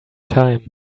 time